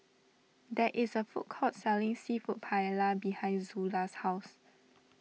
there is a food court selling Seafood Paella behind Zula's house